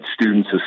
students